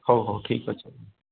ହଉ ହଉ ଠିକ୍ ଅଛି